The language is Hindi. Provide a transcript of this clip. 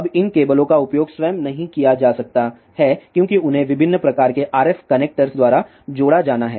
अब इन केबलों का उपयोग स्वयं नहीं किया जा सकता है क्योंकि उन्हें विभिन्न प्रकार के RF कनेक्टर्स द्वारा जोड़ा जाना है